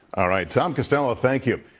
all right. tom costello, thank you.